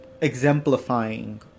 exemplifying